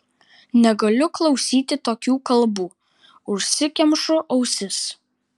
negaliu klausyti tokių kalbų užsikemšu ausis